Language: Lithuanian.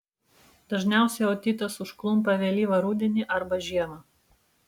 dažniausiai otitas užklumpa vėlyvą rudenį arba žiemą